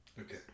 Okay